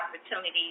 opportunities